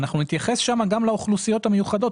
אנחנו נתייחס שם גם לאוכלוסיות המיוחדות,